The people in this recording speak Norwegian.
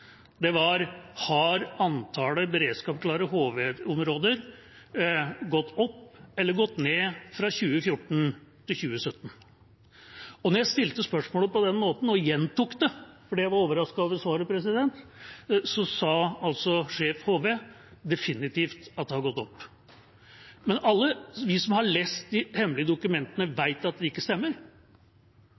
Det var: Har antallet beredskapsklare HV-områder gått opp eller gått ned fra 2014 til 2017? Og da jeg stilte spørsmålet på den måten, og gjentok det fordi jeg var overrasket over svaret, sa altså sjef HV at det definitivt har gått opp. Men alle vi som har lest de hemmelige dokumentene, vet at det ikke stemmer.